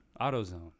AutoZone